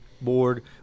board